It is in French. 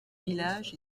village